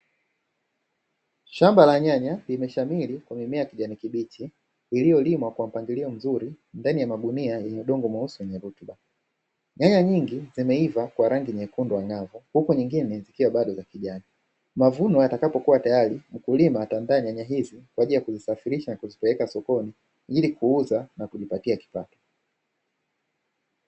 Shamba la nyaya limeshamiri kwa mimea ya kijani kibichi, iliyo limwa kwa mpangilio mzuri kwenye magunia yenye udongo mweusi wenye rutuba, nyanya nyingi zimeiva kwa rangi nyekundu ang'avu huku nyengine zikiwa bado za kijani. mavuno yatakapo kuwa tayari mkulima ata andaa nyanya hizi na kuzisafirisha kuzipeleka sokoni ili kuuza na kujipatia kipato.